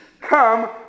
Come